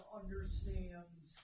understands